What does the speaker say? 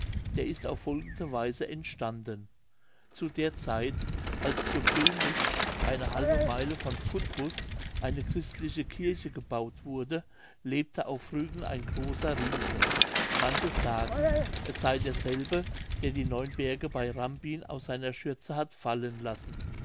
der ist auf folgende weise entstanden zu der zeit als zu vilmnitz eine halbe meile von putbus eine christliche kirche gebaut wurde lebte auf rügen ein großer riese manche sagen es sey derselbe der die neun berge bei rambin aus seiner schürze hat fallen lassen